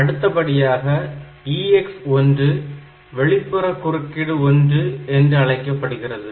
அடுத்தபடியாக EX1 வெளிப்புற குறுக்கீடு 1 என்று அழைக்கப்படுகிறது